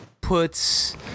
puts